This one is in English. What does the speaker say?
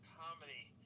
comedy